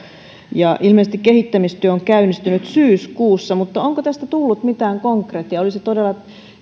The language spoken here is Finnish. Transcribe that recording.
ilmeisesti kehittämistyö on käynnistynyt syyskuussa mutta onko tästä tullut mitään konkretiaa olisi todella